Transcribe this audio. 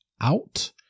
out